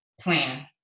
Plan